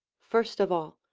first of all,